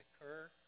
occur